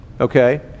Okay